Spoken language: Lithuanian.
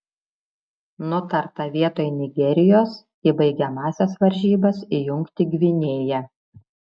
nutarta vietoj nigerijos į baigiamąsias varžybas įjungti gvinėją